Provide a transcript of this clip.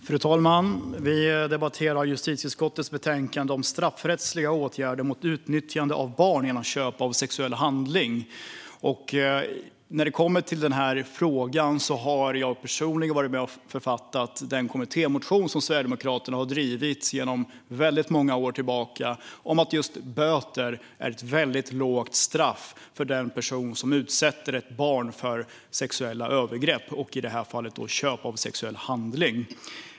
Fru talman! Vi debatterar justitieutskottets betänkande om straffrättsliga åtgärder mot utnyttjande av barn genom köp av sexuell handling. I denna fråga har jag personligen varit med och författat den kommittémotion som Sverigedemokraterna har drivit sedan många år tillbaka om att böter är ett väldigt lindrigt straff för den person som utsätter ett barn för sexuella övergrepp, i detta fall köp av sexuell handling.